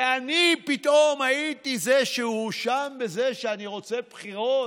ואני פתאום הייתי זה שהואשם בזה שאני רוצה בחירות